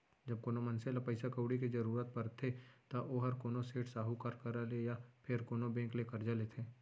जब कोनो मनसे ल पइसा कउड़ी के जरूरत परथे त ओहर कोनो सेठ, साहूकार करा ले या फेर कोनो बेंक ले करजा लेथे